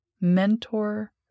Mentor